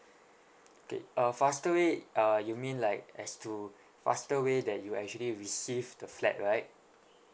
K uh faster way uh you mean like as to faster way that you actually receive the flat right